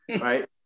right